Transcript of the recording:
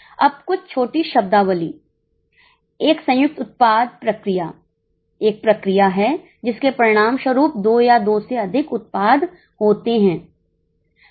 अब कुछ छोटी शब्दावली एक संयुक्त उत्पाद प्रक्रिया एक प्रक्रिया है जिसके परिणामस्वरूप दो या दो से अधिक उत्पाद होते हैं